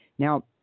Now